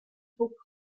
book